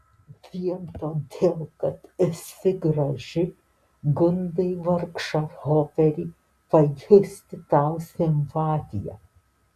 vien todėl kad esi graži gundai vargšą hoperį pajusti tau simpatiją